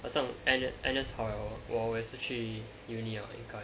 好像 N N_S 好 liao hor 我我也是去 uni liao 应该